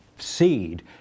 seed